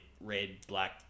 red-black